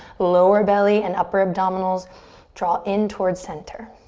lower belly and upper abdominals draw in towards center.